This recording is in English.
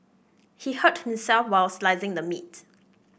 he hurt himself while slicing the meat